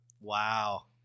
Wow